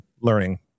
learning